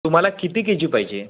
तुम्हाला किती केजी पाहिजे